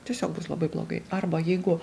tiesiog bus labai blogai arba jeigu